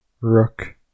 Rook